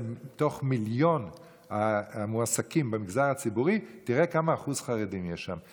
מתוך מיליון מועסקים במגזר הציבורי תראה כמה אחוז חרדים יש שם.